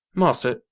master,